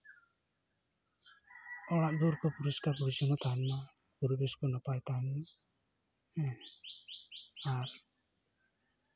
ᱚᱲᱟᱜ ᱫᱩᱣᱟᱹᱨ ᱠᱚ ᱯᱚᱨᱤᱥᱠᱟᱨ ᱯᱚᱨᱤᱪᱷᱚᱱᱱᱚ ᱛᱟᱦᱮᱱᱢᱟ ᱯᱚᱨᱤᱵᱮᱥ ᱠᱚ ᱱᱟᱯᱟᱭ ᱛᱟᱦᱮᱱᱢᱟ ᱦᱮᱸ ᱟᱨ